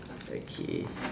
okay